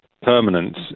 Permanence